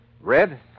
Red